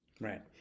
right